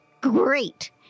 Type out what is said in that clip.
Great